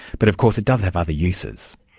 but of course it does have other uses.